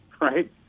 right